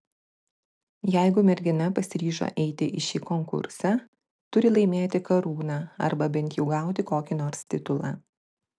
jeigu mergina pasiryžo eiti į šį konkursą turi laimėti karūną arba bent jau gauti kokį nors titulą